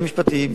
משרד הפנים,